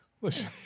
Listen